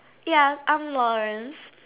ya I'm Lawrence